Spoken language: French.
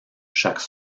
chaque